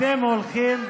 אתם הולכים,